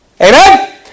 Amen